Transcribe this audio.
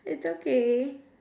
it's okay